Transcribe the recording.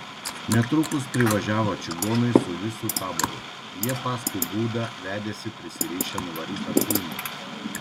netrukus privažiavo čigonai su visu taboru jie paskui būdą vedėsi prisirišę nuvarytą kuiną